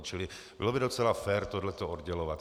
Čili bylo by docela fér tohle to oddělovat.